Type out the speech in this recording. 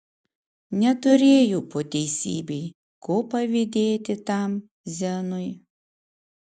neturėjau po teisybei ko pavydėti tam zenui